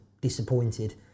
disappointed